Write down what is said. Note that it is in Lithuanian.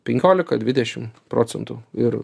penkiolika dvidešim procentų ir